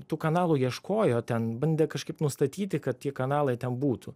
tų kanalų ieškojo ten bandė kažkaip nustatyti kad tie kanalai ten būtų